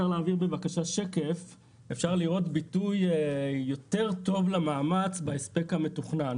בשקף הבא אפשר לראות ביטוי יותר טוב למאמץ בהספק המתוכנן.